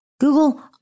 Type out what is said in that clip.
Google